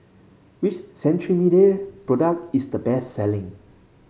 which Cetrimide product is the best selling